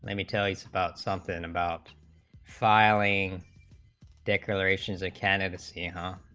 many thais about something about filing declarations of candidacy, and